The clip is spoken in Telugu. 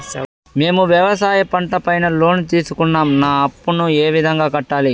మేము వ్యవసాయ పంట పైన లోను తీసుకున్నాం నా అప్పును ఏ విధంగా కట్టాలి